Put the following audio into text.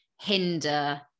hinder